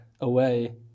away